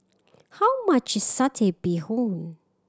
how much is Satay Bee Hoon